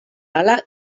hala